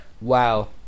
Wow